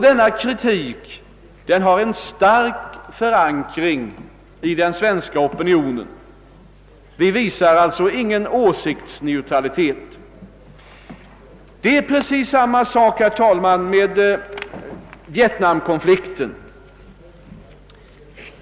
Denna kritik har en stark förankring i den svenska opinionen. Vi visar alltså ingen åsiktsneutralitet. Det är precis samma sak, herr talman, med vietnamkonflikten.